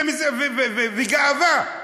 והם גאווה: